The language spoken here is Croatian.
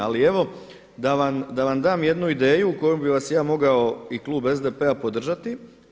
Ali evo da vam dam jednu ideju u kojoj bih vas ja mogao i klub SDP-a podržati.